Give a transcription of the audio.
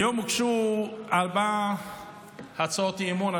היום הוגשו ארבעה הצעות אי-אמון,